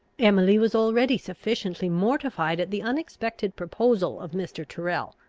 emily was already sufficiently mortified at the unexpected proposal of mr. tyrrel.